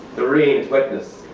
the rain it's wetness.